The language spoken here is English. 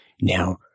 Now